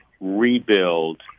rebuild